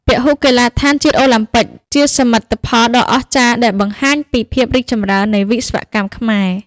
ពហុកីឡដ្ឋានជាតិអូឡាំពិកជាសមិទ្ធផលដ៏អស្ចារ្យដែលបង្ហាញពីភាពរីកចម្រើននៃវិស្វកម្មខ្មែរ។